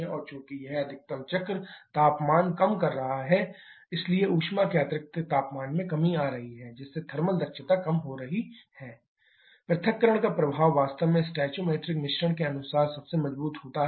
और चूंकि यह अधिकतम चक्र तापमान कम कर रहा है इसलिए ऊष्मा के अतिरिक्त तापमान में कमी आ रही है जिससे थर्मल दक्षता पृथक्करण का प्रभाव वास्तव में स्टोइकोमेट्रिक मिश्रण के अनुसार सबसे मजबूत होता है